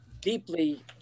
deeply